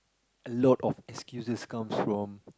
a lot of excuses comes from